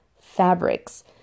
fabrics